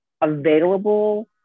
available